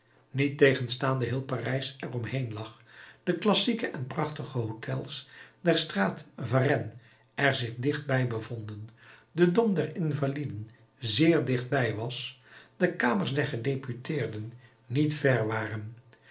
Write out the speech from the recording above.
niettegenstaande heel parijs er omheen lag de klassieke en prachtige hôtels der straat varennes er zich dicht bij bevonden de dom der invaliden zeer dicht bij was de kamers der gedeputeerden niet ver waren